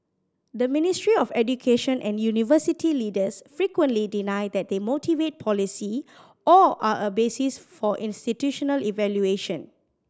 the Ministry of Education and university leaders frequently deny that they motivate policy or are a basis for institutional evaluation